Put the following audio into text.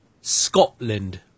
Scotland